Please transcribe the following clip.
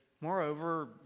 Moreover